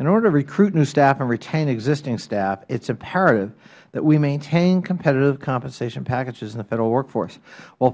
in order to recruit new staff and retain existing staff it is imperative that we maintain competitive compensation packages in the federal workforce w